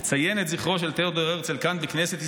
לציין את זכרו של תיאודור הרצל כאן בכנסת ישראל,